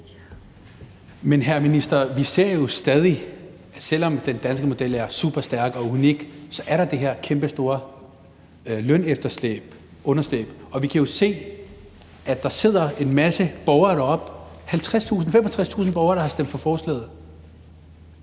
Men hr. minister, selv om den danske model er superstærk og unik, er der det her kæmpestore lønefterslæb, og vi kan jo se, at der sidder en masse borgere deroppe og hører med, og der er 65.000, der har stemt for forslaget.